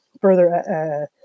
further